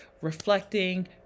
reflecting